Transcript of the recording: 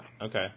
Okay